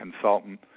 consultant